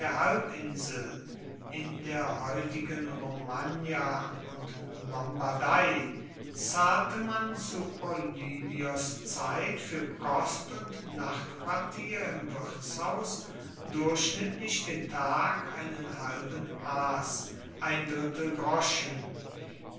halbinsel in der heutigen romagna und lombardei zahlte man zu polybios zeit fuer kost und nachtquartier im wirtshaus durchschnittlich den tag einen halben as